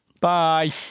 Bye